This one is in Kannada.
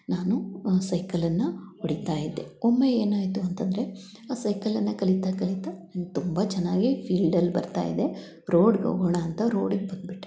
ನಾನು ಸೈಕಲನ್ನು ಹೊಡಿತ ಇದ್ದೆ ಒಮ್ಮೆ ಏನಾಯಿತು ಅಂತಂದರೆ ಆ ಸೈಕಲನ್ನು ಕಲಿತ ಕಲಿತ ನಂಗೆ ತುಂಬ ಚೆನ್ನಾಗಿ ಫೀಲ್ಡಲ್ಲಿ ಬರ್ತ ಇದೆ ರೋಡ್ಗೆ ಹೋಗೋಣ ಅಂತ ರೋಡಿಗೆ ಬಂದುಬಿಟ್ಟೆ